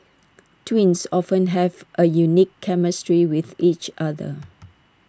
twins often have A unique chemistry with each other